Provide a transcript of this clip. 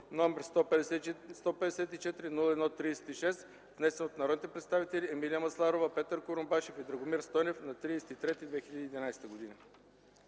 № 154-01-36, внесен от народните представители Емилия Масларова, Петър Курумбашев и Драгомир Стойнев на 30 март